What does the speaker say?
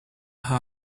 her